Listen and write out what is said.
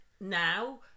Now